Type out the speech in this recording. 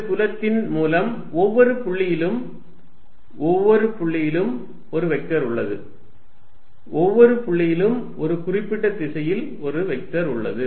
இந்த புலத்தின் மூலம் ஒவ்வொரு புள்ளியிலும் ஒவ்வொரு புள்ளியிலும் ஒரு வெக்டர் உள்ளது ஒவ்வொரு புள்ளியிலும் ஒரு குறிப்பிட்ட திசையில் ஒரு வெக்டர் உள்ளது